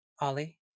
Ollie